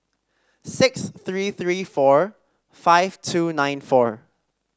six three three four five two nine four